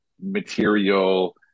material